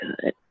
good